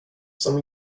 som